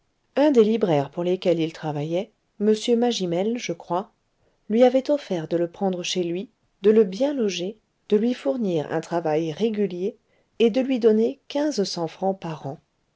un des libraires pour lesquels il travaillait m magimel je crois lui avait offert de le prendre chez lui de le bien loger de lui fournir un travail régulier et de lui donner quinze cents francs par an